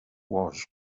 was